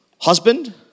husband